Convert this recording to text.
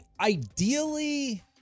Ideally